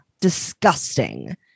disgusting